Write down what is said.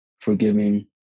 forgiving